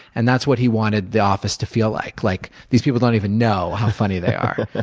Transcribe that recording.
and that's what he wanted the office to feel like like these people don't even know how funny they are.